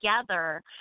together